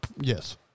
Yes